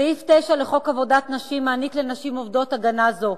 סעיף 9 לחוק עבודת נשים מעניק לנשים עובדות הגנה זו,